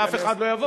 ואף אחד לא יבוא.